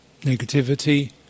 negativity